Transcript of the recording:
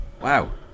wow